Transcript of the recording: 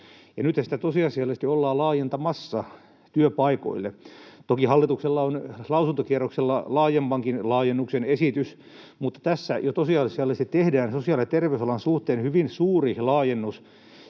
ollaan laajentamassa työpaikoille. Toki hallituksella on lausuntokierroksella laajemmankin laajennuksen esitys, mutta tässä jo tosiasiallisesti tehdään sosiaali‑ ja ter- veysalan suhteen hyvin suuri laajennus